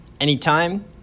anytime